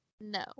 no